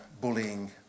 Bullying